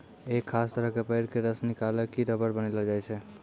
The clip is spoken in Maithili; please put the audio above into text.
एक खास तरह के पेड़ के रस निकालिकॅ रबर बनैलो जाय छै